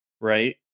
right